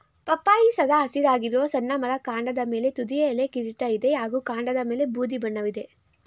ಪಪ್ಪಾಯಿ ಸದಾ ಹಸಿರಾಗಿರುವ ಸಣ್ಣ ಮರ ಕಾಂಡದ ಮೇಲೆ ತುದಿಯ ಎಲೆಗಳ ಕಿರೀಟ ಇದೆ ಹಾಗೂ ಕಾಂಡದಮೇಲೆ ಬೂದಿ ಬಣ್ಣವಿದೆ